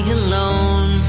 alone